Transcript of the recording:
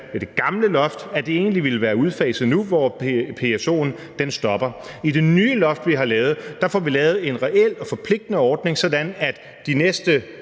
at det gamle loft egentlig ville være udfaset nu, hvor PSO'en stopper. I det nye loft, vi har lavet, får vi lavet en reel og forpligtende ordning, sådan at der de næste